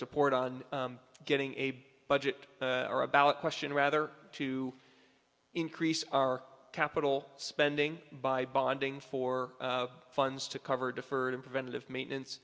support on getting a budget or a ballot question rather to increase our capital spending by bonding for funds to cover deferred and preventative maintenance